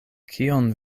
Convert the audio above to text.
kion